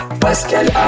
Pascal